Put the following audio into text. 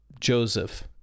Joseph